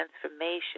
transformation